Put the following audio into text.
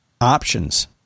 options